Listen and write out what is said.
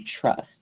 trust